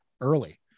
early